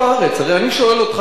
הרי אני שואל אותך שאלה,